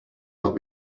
not